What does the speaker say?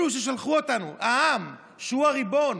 אלה ששלחו אותנו, העם שהוא הריבון,